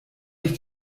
ich